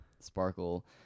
Sparkle